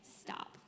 stop